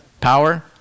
Power